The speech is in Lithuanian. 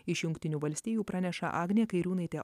iš jungtinių valstijų praneša agnė kairiūnaitė